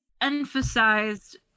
emphasized